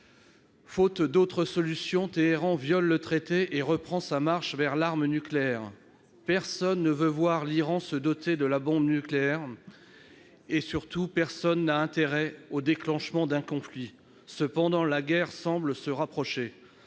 Faute d'autres solutions, Téhéran viole le traité et reprend sa marche vers l'arme nucléaire. Personne ne veut voir l'Iran se doter de la bombe nucléaire et, surtout, personne n'a intérêt au déclenchement d'un conflit. Pourtant, la guerre semble se rapprocher.